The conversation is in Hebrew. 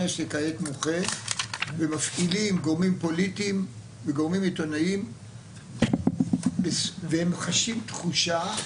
שכעת מוחה ומפעילים גורמים פוליטיים וגורמים עיתונאיים והם חשים תחושה,